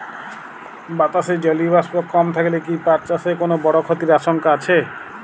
বাতাসে জলীয় বাষ্প কম থাকলে কি পাট চাষে কোনো বড় ক্ষতির আশঙ্কা আছে?